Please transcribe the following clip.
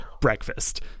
breakfast